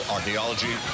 Archaeology